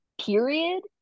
Period